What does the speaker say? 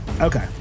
Okay